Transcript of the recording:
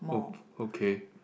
oh okay